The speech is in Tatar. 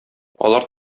алар